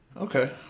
okay